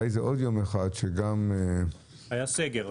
היה עוד יום שהיה סגר,